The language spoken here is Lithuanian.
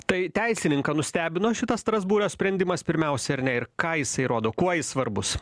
tai teisininką nustebino šitas strasbūro sprendimas pirmiausia ar ne ir ką jisai rodo kuo jis svarbus